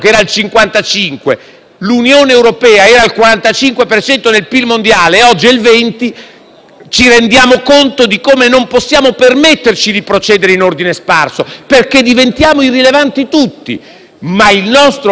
ci rendiamo conto di come non possiamo permetterci di procedere in ordine sparso, perché diventiamo irrilevanti tutti. Ma il nostro Governo deve recuperare quello spirito europeo che noi non abbiamo visto in questi mesi.